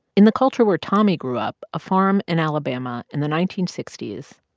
in the culture where tommy grew up, a farm in alabama in the nineteen sixty s.